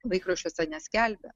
laikraščiuose neskelbia